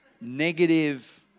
negative